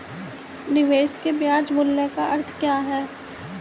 निवेश के ब्याज मूल्य का अर्थ क्या है?